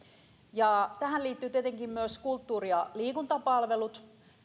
tähän liittyvät tietenkin myös kulttuuri ja liikuntapalvelut